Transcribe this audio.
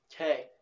Okay